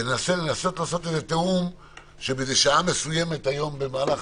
וננסה לעשות איזה תיאום שבאיזו שעה מסוימת היום במהלך